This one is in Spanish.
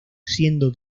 siendo